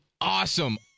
awesome